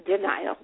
denial